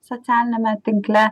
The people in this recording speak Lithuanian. socialiniame tinkle